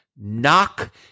knock